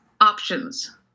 options